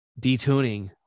detuning